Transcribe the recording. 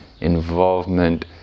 involvement